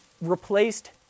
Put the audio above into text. replaced